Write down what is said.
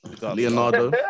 Leonardo